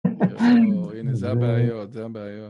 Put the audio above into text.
יואו, הנה זה הבעיות, זה הבעיות